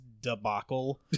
debacle